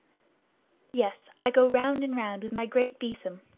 yes i go round and round with my great besom.